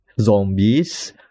zombies